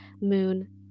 moon